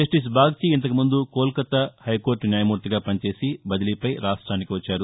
justice Bagchi ఇంతకుముందు కోల్కతా హైకోర్లు న్యాయమూర్తిగా పనిచేసి బదిలీపై రాష్ట్రానికి వచ్చారు